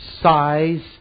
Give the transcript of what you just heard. size